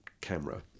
camera